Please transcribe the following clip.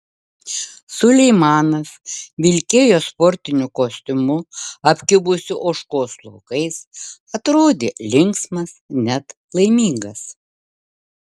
suleimanas vilkėjo sportiniu kostiumu apkibusiu ožkos plaukais atrodė linksmas net laimingas